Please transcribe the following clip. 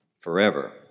forever